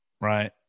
Right